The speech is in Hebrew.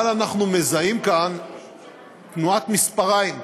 אבל אנחנו מזהים כאן תנועת מספריים,